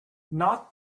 not